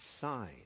sign